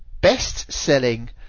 Best-selling